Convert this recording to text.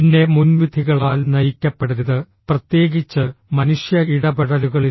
പിന്നെ മുൻവിധികളാൽ നയിക്കപ്പെടരുത് പ്രത്യേകിച്ച് മനുഷ്യ ഇടപെടലുകളിൽ